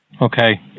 Okay